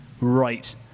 right